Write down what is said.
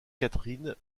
catherine